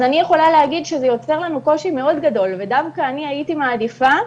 אז אני יכולה להגיד שזה יוצר לנו קושי מאוד גדול ודווקא הייתי מעדיפה,